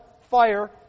fire